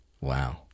Wow